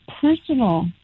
personal